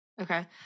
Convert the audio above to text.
Okay